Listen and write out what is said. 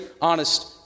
honest